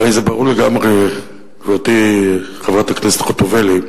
הרי זה ברור לגמרי, גברתי חברת הכנסת חוטובלי,